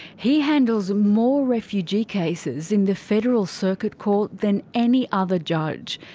he handles more refugee cases in the federal circuit court than any other judge.